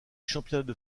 championnats